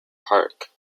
park